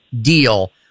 deal